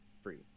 free